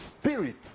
spirit